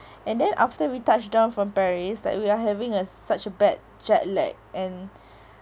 and then after we touched down from paris that we are having a such a bad jetlag and